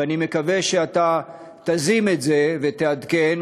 ואני מקווה שאתה תזים את זה ותעדכן,